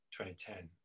2010